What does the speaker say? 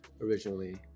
originally